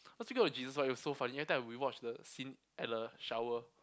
what do you think of Jesus it was so funny every time we watch the scene at the shower